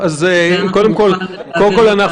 קודם כול,